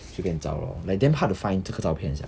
随便找 lor like damn hard to find 这个照片 sia